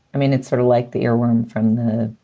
i mean, it's sort of like the earworm from the